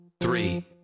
three